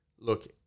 Look